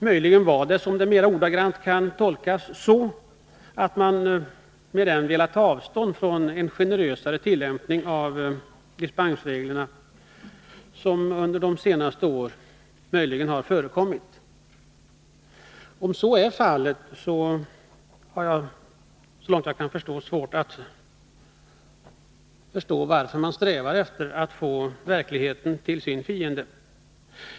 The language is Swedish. Måhända är det, som man mer ordagrant kan tolka det, så att man velat ta avstånd från den generösare tillämpning av dispensreglerna som möjligen har förekommit på senare år. Jag har, om så är fallet, svårt att förstå varför man strävar efter att göra verkligheten till sin fiende.